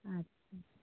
अच्छे